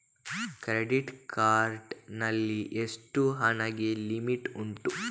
Credit card ನಲ್ಲಿ ಎಷ್ಟು ಹಣಕ್ಕೆ ಲಿಮಿಟ್ ಉಂಟು?